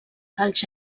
dels